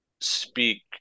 speak